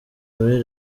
muri